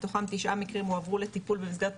מתוכם 9 מקרים הועברו לטיפול במסגרת